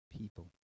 people